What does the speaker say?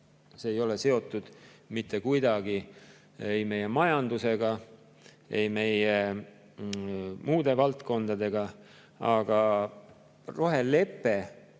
mis ei ole seotud mitte kuidagi ei meie majandusega ega muude valdkondadega. Aga rohelepe,